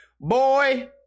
Boy